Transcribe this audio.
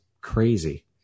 crazy